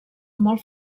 molt